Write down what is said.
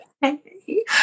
hey